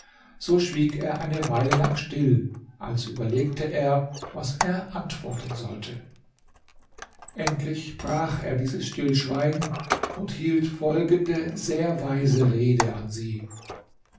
so schwieg er eine weile lang still als überlegte er was er antworten sollte endlich brach er dieses stillschweigen und hielt folgende sehr weise rede an sie